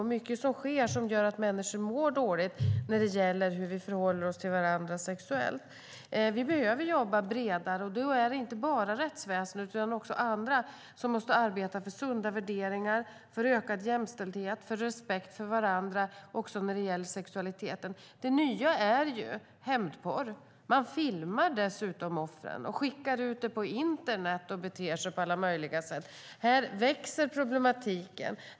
Det är mycket som sker som gör att människor mår dåligt över hur vi förhåller oss till varandra sexuellt. Vi behöver jobba bredare, och då är det inte bara rättsväsendet utan också andra som måste arbeta för sunda värderingar, för ökad jämställdhet, för respekt för varandra också när det gäller sexualitet. Det nya är hämndporr. Man filmar dessutom offren och skickar ut filmen på internet och beter sig på alla möjliga sätt. Här växer problematiken.